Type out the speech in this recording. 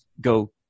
go